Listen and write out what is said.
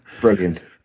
Brilliant